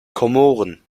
komoren